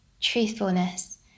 truthfulness